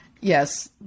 Yes